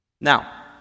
Now